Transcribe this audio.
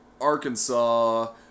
Arkansas